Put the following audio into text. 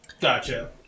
Gotcha